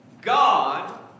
God